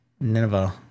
Nineveh